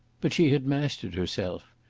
but she had mastered herself.